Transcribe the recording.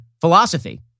philosophy